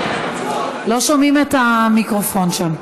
לא שומעים את המיקרופון שם.